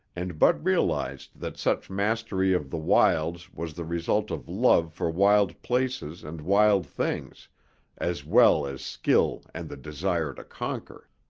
and bud realized that such mastery of the wilds was the result of love for wild places and wild things as well as skill and the desire to conquer.